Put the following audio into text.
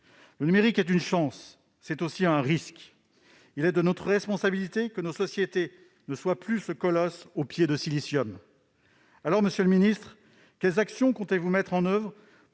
Le numérique est une chance, mais aussi un risque. Il est de notre responsabilité que nos sociétés ne soient plus des colosses aux pieds de silicium. Monsieur le ministre, quelles actions comptez-vous mettre en oeuvre